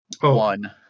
one